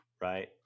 right